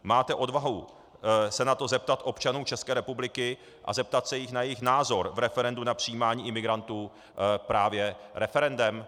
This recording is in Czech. Máte odvahu se na to zeptat občanů České republiky a zeptat se jich na jejich názor v referendu na přijímání imigrantů právě referendem?